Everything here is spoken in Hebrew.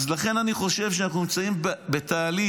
לכן אני חושב שאנחנו נמצאים בתהליך.